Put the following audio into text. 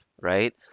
right